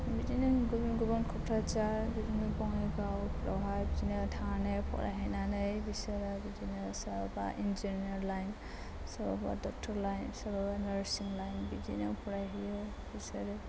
बिदिनो गुबुन गुबुन क'क्राझार बिदिनो बङाइगावफोरावहाय बिदिनो थानानै फरायहैनानै बिसोरो बिदिनो सोरबा इन्जिनियार लाइन सोरबा डक्ट'र लाइन सोरबाबा नार्सिं लाइन बिदिनो फरायहैयो बिसोरो